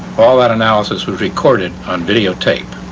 all that analysis was recorded on videotape.